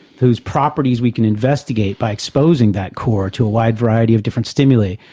whose properties we can investigate by exposing that core to a wide variety of different stimuli,